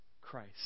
Christ